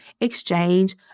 exchange